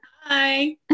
Hi